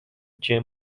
jim